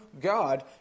God